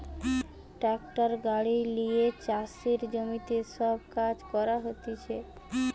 tractor গাড়ি লিয়ে চাষের জমিতে সব কাজ করা হতিছে